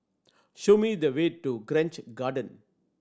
show me the way to Grange Garden